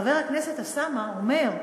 וחבר הכנסת אוסאמה אומר,